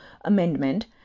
amendment